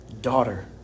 Daughter